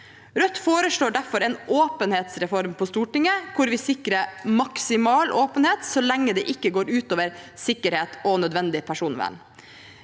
Rødt foreslår derfor en åpenhetsreform på Stortinget, hvor vi sikrer maksimal åpenhet, så lenge det ikke går ut over sikkerhet og nødvendig personvern.